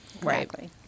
Right